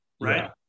right